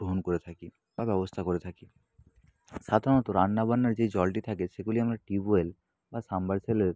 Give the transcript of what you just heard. গ্রহণ করে থাকি বা ব্যবস্থা করে থাকি সাধারণত রান্নাবান্নার যে জলটি থাকে সেগুলি আমরা টিউবওয়েল বা সাবমার্শেবলের